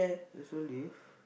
there's no leaf